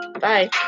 Bye